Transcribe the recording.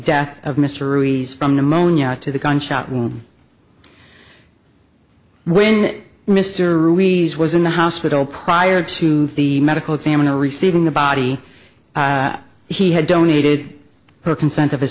death of mysteries from pneumonia to the gunshot wound when it mr we was in the hospital prior to the medical examiner receiving the body he had donated her consent of his